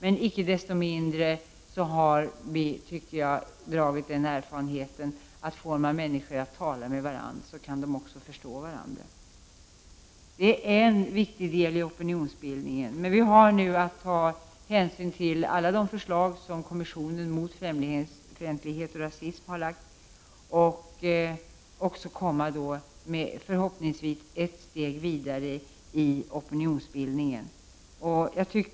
Men icke desto mindre har vi, tycker jag, kunnat få bekräftat att om man kan få människor att tala med varandra, kan de också förstå varandra. Det är en viktig del i opinionsbildningen. Vi har nu att ta ställning till alla de förslag som kommissionen mot främlingsfientlighet och rasism har lagt fram, och vi kan därigenom förhoppningsvis komma ett steg vidare i opinionsbildningen.